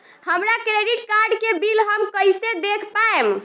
हमरा credit card के bill हम कइसे देख पाएम?